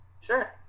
Sure